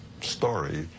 story